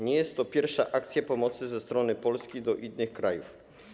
Nie jest to pierwsza akcja pomocy ze strony Polski dla innych krajów.